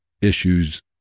issues